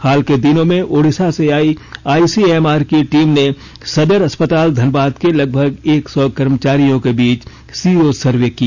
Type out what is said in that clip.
हाल के दिनों में ओडिशा से आयी आईसीएमआर की टीम ने सदर अस्पताल धनबाद के लगभग एक सौ कर्मचारियों के बीच सिरो सर्वे किया